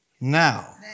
Now